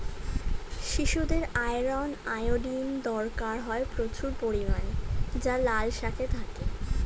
শিশুদের iron, iodine দরকার হয় প্রচুর পরিমাণে যা লাল শাকে থাকে